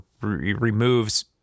removes